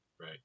right